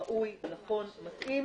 ראוי, נכון, מתאים